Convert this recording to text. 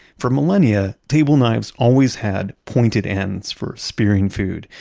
for millennia, table knives always had pointed ends for spearing food,